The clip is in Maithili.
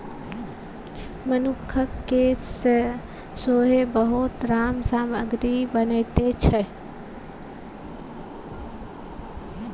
मनुखक केस सँ सेहो बहुत रास सामग्री बनैत छै